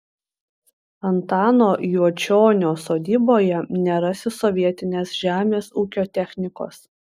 antano juočionio sodyboje nerasi sovietinės žemės ūkio technikos